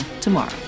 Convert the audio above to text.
tomorrow